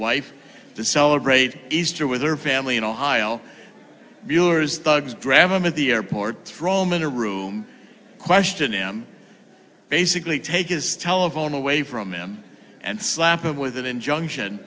wife to celebrate easter with their family in ohio viewers thugs grab them at the airport throw him in a room question him basically take his telephone away from him and slap him with an injunction